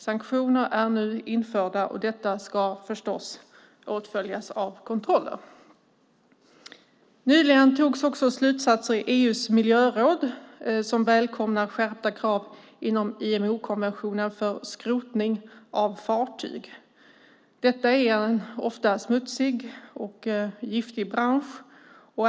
Sanktioner är nu införda och detta ska förstås åtföljas av kontroller. Nyligen antogs också slutsatser i EU:s miljöråd som välkomnar skärpta krav inom IMO-konventionen för skrotning av fartyg. Detta är en ofta smutsig och giftig bransch.